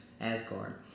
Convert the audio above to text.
asgard